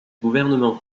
gouvernement